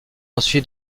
ensuite